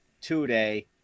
today